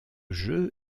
jeu